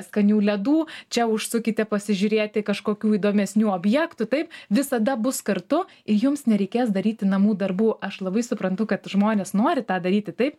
skanių ledų čia užsukite pasižiūrėti kažkokių įdomesnių objektų taip visada bus kartu ir jums nereikės daryti namų darbų aš labai suprantu kad žmonės nori tą daryti taip